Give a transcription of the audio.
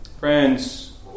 Friends